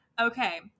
okay